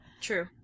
True